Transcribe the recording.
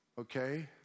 okay